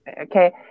Okay